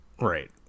Right